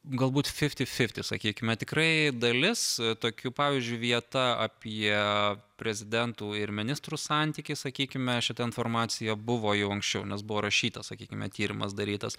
galbūt fifti fifti sakykime tikrai dalis tokių pavyzdžiui vieta apie prezidentų ir ministrų santykius sakykime šita informacija buvo jau anksčiau nes buvo rašyta sakykime tyrimas darytas